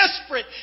desperate